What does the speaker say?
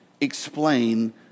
explain